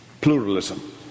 pluralism